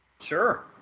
sure